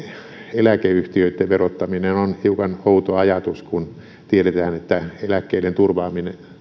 eläkeyhtiöitten verottaminen on hiukan outo ajatus kun tiedetään että eläkkeiden turvaaminen